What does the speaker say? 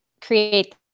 create